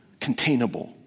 containable